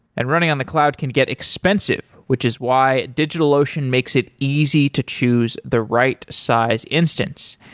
and running on the cloud can get expensive, which is why digitalocean makes it easy to choose the right size instance.